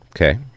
Okay